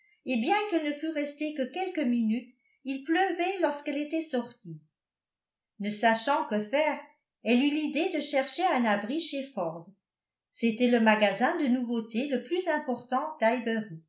et bien qu'elle ne fût restée que quelques minutes il pleuvait lorsqu'elle était sortie ne sachant que faire elle eut l'idée de chercher un abri chez ford c'était le magasin de nouveautés le plus important